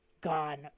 gone